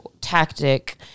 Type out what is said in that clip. tactic